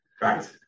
Right